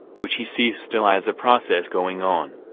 which he sees still as a process going on.